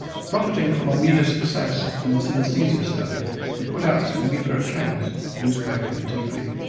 profiting from media success in the synaesthesia study we put out some media accounts, newspaper and tv,